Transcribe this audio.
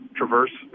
traverse